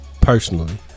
Personally